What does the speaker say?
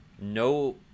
no